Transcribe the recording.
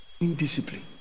Indiscipline